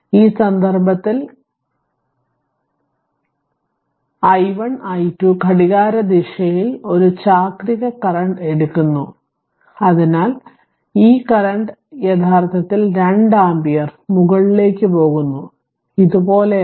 ഈ സന്ദർഭത്തിൽ i1 i2 ഘടികാരദിശയിൽ ഒരു ചാക്രിക കറന്റ് എടുക്കുന്നു അതിനാൽ ഈ കറന്റ് യഥാർത്ഥത്തിൽ രണ്ട് ആമ്പിയർ മുകളിലേക്ക് പോകുന്നു ഇതുപോലെയാണ്